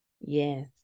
Yes